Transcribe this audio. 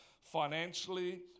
financially